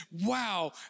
wow